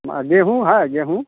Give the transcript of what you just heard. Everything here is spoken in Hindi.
गेहूँ है गेहूँ